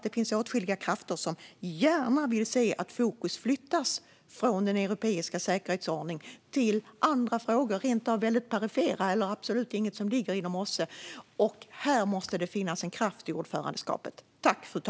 Det finns åtskilliga krafter som gärna vill se att fokus flyttas från den europeiska säkerhetsordningen till andra frågor, rent av perifera frågor eller frågor som absolut inte ligger inom OSSE:s område. Här måste det finnas kraft i ordförandeskapet.